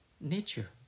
Nature